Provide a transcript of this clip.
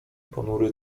ponury